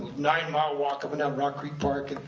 nine-mile walk up and down rock creek park, and